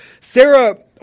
Sarah